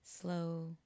slow